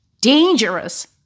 dangerous